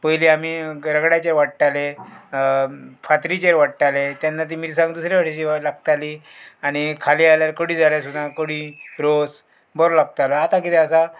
पयलीं आमी रगड्याचेर वाडटाले फातरीचेर वाडटाले तेन्ना ती मिरसांग दुसऱ्या कडेची लागताली आनी खाली जाल्यार कडी जाल्यार सुद्दां कडी रोस बरो लागतालो आतां किदें आसा